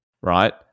right